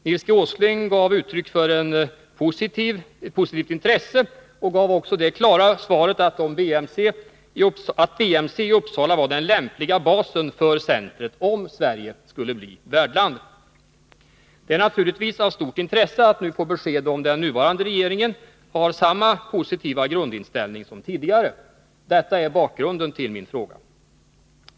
Nils G. Åsling gav uttryck för ett positivt intresse och gav också det klara svaret att BMC i Uppsala var den lämpliga basen för centret om Sverige skulle bli värdland. Det är naturligtvis av stort intresse att nu få besked om huruvida den nuvarande regeringen har samma positiva grundinställning som den tidigare. Detta är bakgrunden till min fråga.